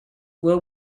were